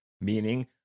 Meaning